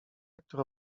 które